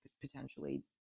potentially